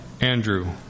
Andrew